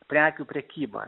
prekių prekyba